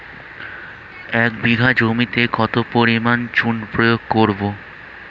এক বিঘা জমিতে কত পরিমাণ চুন প্রয়োগ করব?